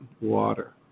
water